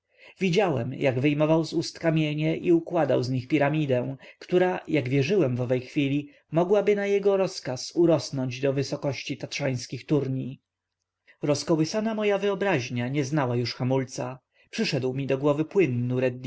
widziałem jak wyjmował z ust kamienie i układał z nich piramidę która jak wierzyłem w owej chwili mogłaby na jego rozkaz wyrosnąć do wysokości tatrzańskich turni rozkołysana moja wyobraźnia nieznała już hamulca przyszedł mi do głowy płyn